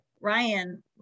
Ryan